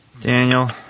Daniel